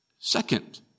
Second